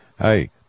hey